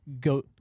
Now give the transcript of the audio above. Go